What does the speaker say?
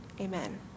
Amen